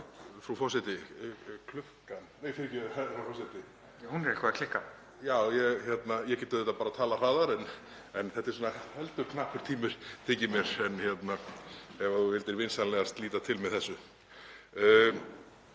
þetta er svona heldur knappur tími, þykir mér. Ef þú vildir vinsamlegast líta til með þessu.